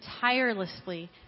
tirelessly